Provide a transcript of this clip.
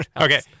Okay